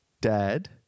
dad